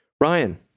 Ryan